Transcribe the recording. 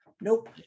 Nope